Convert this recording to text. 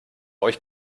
euch